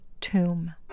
Tomb